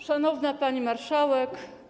Szanowna Pani Marszałek!